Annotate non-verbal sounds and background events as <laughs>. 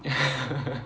<laughs>